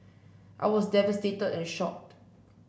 I was devastated and shocked